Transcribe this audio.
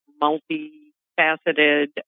multi-faceted